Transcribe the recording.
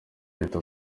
leta